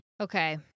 Okay